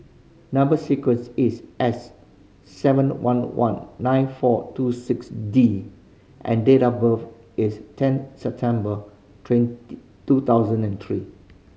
number sequence is S seven one one nine four two six D and date of birth is ten September twenty two thousand and three